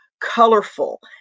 colorful